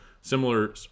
similar